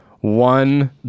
one